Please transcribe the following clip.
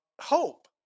hope